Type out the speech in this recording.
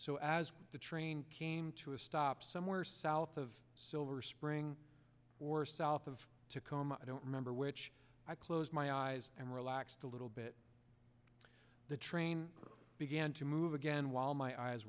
so as the train came to a stop somewhere south of silver spring or south of tacoma i don't remember which i closed my eyes and relaxed a little bit the train began to move again while my eyes